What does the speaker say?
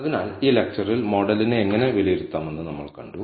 അതിനാൽ ഈ ലെക്ച്ചറിൽ മോഡലിനെ എങ്ങനെ വിലയിരുത്താമെന്ന് നമ്മൾ കണ്ടു